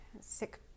sick